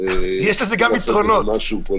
צריך לעשות עם זה משהו פה,